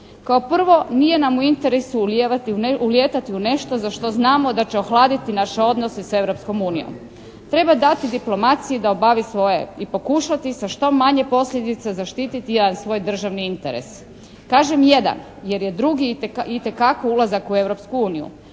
Kao prvo nije nam u interesu lijeva, ulijetati u nešto za što znamo da će ohladiti naše odnose sa Europskom unijom. Treba dati diplomaciji da obavi svoje i pokušati sa što manje posljedica zaštiti jedan svoj državni interes. Kažem jedan, jer je drugi itekako ulazak u